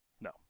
No